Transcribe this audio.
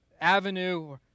avenue